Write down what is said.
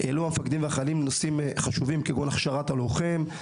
העלו החיילים והמפקדים נושאים חשובים כמו: הכשרת הלוחם,